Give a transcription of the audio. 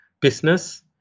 business